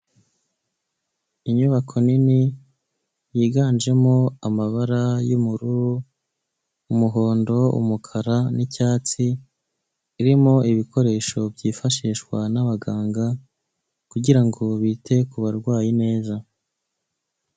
Inyubako nini yiganjemo amabara y'ubururu, umuhondo, umukara n'icyatsi irimo ibikoresho byifashishwa n'abaganga kugira ngo bite ku barwayi neza.